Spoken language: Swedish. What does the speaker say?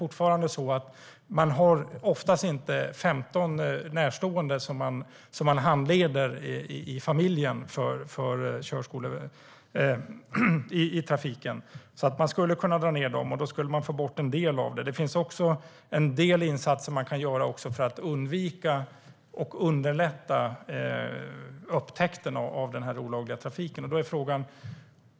Man har ju oftast inte 15 personer i familjen som man handleder i trafiken. Man skulle alltså kunna minska antalet, och det skulle få bort en del av problemet. Man kan också göra en del insatser för att underlätta upptäckten av den olagliga trafikskoleverksamheten.